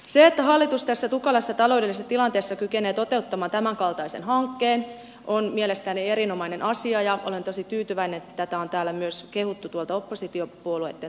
se että hallitus tässä tukalassa taloudellisessa tilanteessa kykenee toteuttamaan tämänkaltaisen hankkeen on mielestäni erinomainen asia ja olen tosi tyytyväinen että tätä on täällä myös kehuttu oppositiopuolueiden toimesta